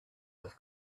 with